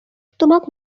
তোমাক